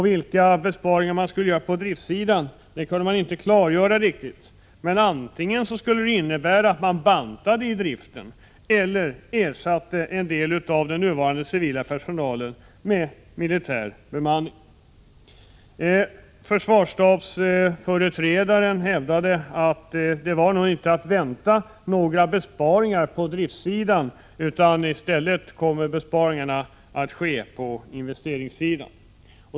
Vilka besparingar man skulle göra på driftsidan kunde man inte klargöra, men antingen skulle det innebära att man bantade i driften eller ersatte en del av den nuvarande civila personalen med militär bemanning. Försvarsstabsföreträdaren hävdade att det var nog inte att vänta några besparingar på driftsidan utan i stället kommer besparingarna att ske på investeringssidan.